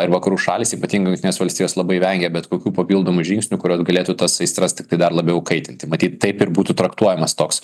ir vakarų šalys ypatingai jungtinės valstijos labai vengia bet kokių papildomų žingsnių kuriuos galėtų tas aistras tiktai dar labiau kaitinti matyt taip ir būtų traktuojamas toks